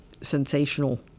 sensational